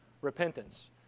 Repentance